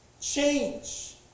Change